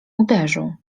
uderzą